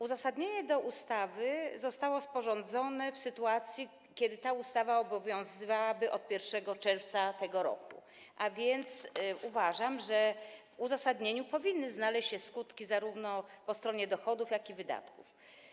Uzasadnienie odnośnie do ustawy zostało sporządzone w sytuacji, gdyby ta ustawa obowiązywała od 1 czerwca tego roku, a więc uważam, że w uzasadnieniu powinny znaleźć się skutki zarówno po stronie dochodów, jak i wydatków.